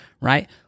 Right